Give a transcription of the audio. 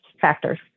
factors